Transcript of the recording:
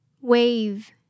Wave